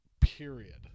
period